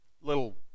little